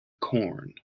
korn